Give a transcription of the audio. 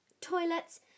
toilets